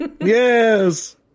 Yes